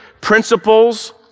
principles